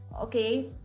okay